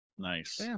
nice